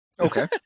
Okay